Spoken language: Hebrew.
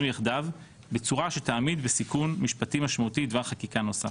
יחדיו בצורה שתעמיד בסיכון משפטי משמעותי דבר חקיקה נוסף.